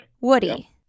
Woody